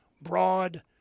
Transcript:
broad